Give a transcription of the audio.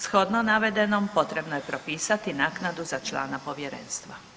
Shodno navedenom potrebno je propisati naknadu za člana Povjerenstva.